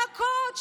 לחכות,